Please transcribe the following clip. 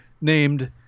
named